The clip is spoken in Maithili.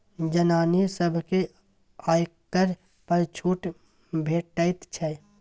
जनानी सभकेँ आयकर पर छूट भेटैत छै